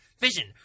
vision